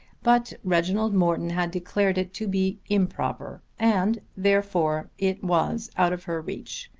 but reginald morton had declared it to be improper, and therefore it was out of her reach.